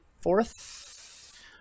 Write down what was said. fourth